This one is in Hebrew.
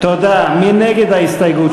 קדימה לסעיף 30 לא נתקבלה.